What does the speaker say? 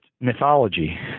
mythology